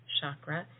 chakra